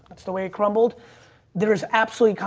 that's the way it crumbled there is absolutely.